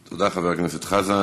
תודה, חבר הכנסת חזן.